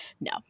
no